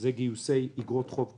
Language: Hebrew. אלה גיוסי אגרות חוב קונצרניות.